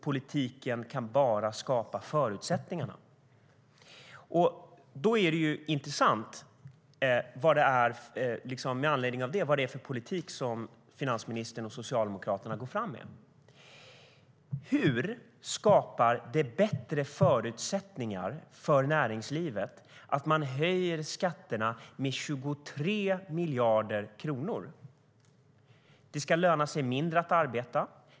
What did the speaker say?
Politiken kan bara skapa förutsättningarna. Med anledning av detta är det intressant vad det är för politik som finansministern och Socialdemokraterna går fram med. Hur skapar det bättre förutsättningar för näringslivet att man höjer skatterna med 23 miljarder kronor? Det ska löna sig mindre att arbeta.